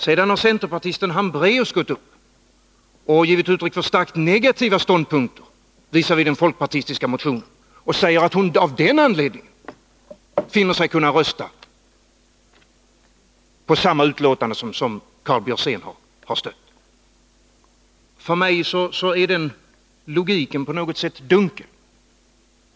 Sedan har centerpartisten Hambraeus gått upp och givit uttryck för starkt negativa ståndpunkter visavi den folkpartistiska motionen och sagt att hon av den anledningen finner sig kunna rösta på samma betänkande som Karl Björzén har stött. För mig är den logiken på något sätt dunkel.